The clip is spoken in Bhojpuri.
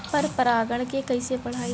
पर परा गण के कईसे बढ़ाई?